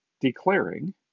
declaring